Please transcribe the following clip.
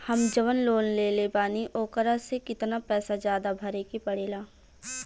हम जवन लोन लेले बानी वोकरा से कितना पैसा ज्यादा भरे के पड़ेला?